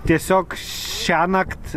tiesiog šiąnakt